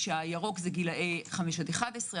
הירוק זה גילאי 5 עד 11,